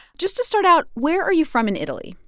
just to start out, where are you from in italy?